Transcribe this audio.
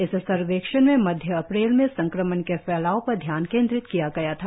इस सर्वेक्षण में मध्य अप्रैल में संक्रमण के फैलाव पर ध्यान केन्द्रित किया गया था